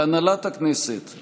להנהלת הכנסת,